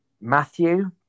Matthew